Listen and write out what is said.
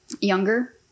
younger